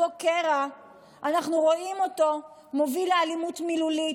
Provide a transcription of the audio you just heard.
אנחנו רואים שאותו קרע מוביל לאלימות מילולית,